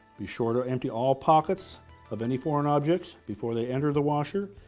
be sure to empty all pockets of any foreign objects before they enter the washer.